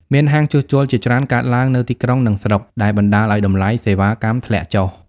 មានហាងជួសជុលជាច្រើនកើតឡើងនៅទីក្រុង និងស្រុក ដែលបណ្តាលឲ្យតម្លៃសេវាកម្មធ្លាក់ចុះ។